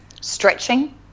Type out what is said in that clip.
stretching